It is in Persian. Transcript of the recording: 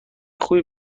خوبی